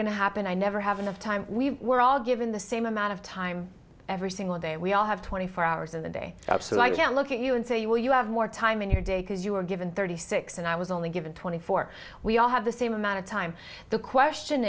going to happen i never have enough time we were all given the same amount of time every single day we all have twenty four hours in the day up so i can look at you and say well you have more time in your day because you were given thirty six and i was only given twenty four we all have the same amount of time the question